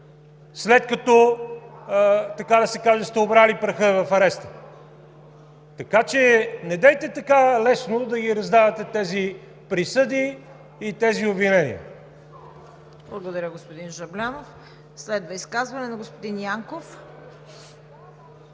след като, така да се каже, сте обрали праха в ареста? Така че недейте така лесно да ги раздавате тези присъди и тези обвинения.